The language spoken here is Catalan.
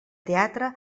teatre